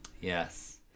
Yes